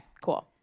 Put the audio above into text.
cool